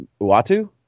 Uatu